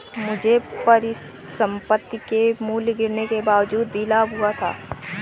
मुझे परिसंपत्ति के मूल्य गिरने के बावजूद भी लाभ हुआ था